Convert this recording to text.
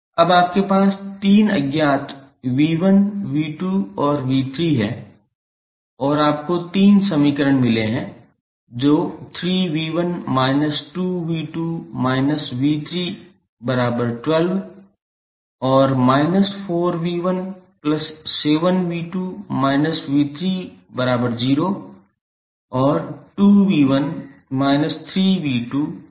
अब आपके पास तीन अज्ञात 𝑉1 𝑉2 और 𝑉3 हैं और आपको तीन समीकरण मिले हैं जो 3𝑉1−2𝑉2−𝑉312 और −4𝑉17𝑉2−𝑉30 और 2𝑉1−3𝑉2𝑉30 हैं